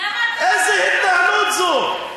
למה אתה, איזו התנהלות זו?